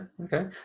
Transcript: okay